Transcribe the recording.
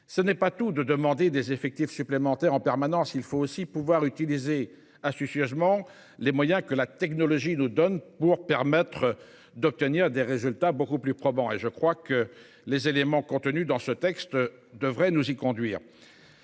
Ce n’est pas tout de demander des effectifs supplémentaires en permanence : il faut aussi pouvoir utiliser astucieusement les moyens que la technologie nous donne pour obtenir des résultats beaucoup plus probants. Les éléments contenus dans ce texte devraient, je le crois,